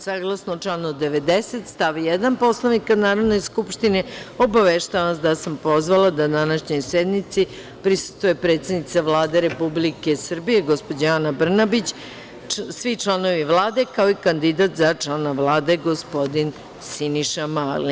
Saglasno članu 90. stav 1. Poslovnika Narodne skupštine, obaveštavam vas da sam pozvala da današnjoj sednici prisustvuje predsednica Vlade Republike Srbije, gospođa Ana Brnabić, svi članovi Vlade, kao i kandidat za člana Vlade, gospodin Siniša Mali.